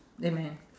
amen